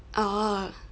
oh